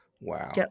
Wow